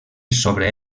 sobre